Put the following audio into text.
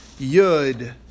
Yud